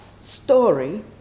story